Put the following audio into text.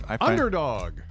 Underdog